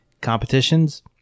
competitions